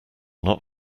not